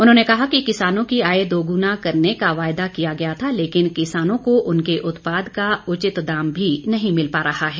उन्होंने कहा कि किसानों की आय दोगुना करने का वायदा किया गया था लेकिन किसानों को उनके उत्पाद का उचित दाम भी नहीं मिल पा रहा है